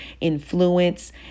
influence